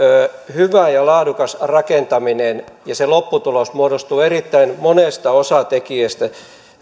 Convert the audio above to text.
hyvä ja laadukas rakentaminen ja se lopputulos muodostuvat erittäin monesta osatekijästä